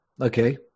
okay